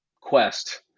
quest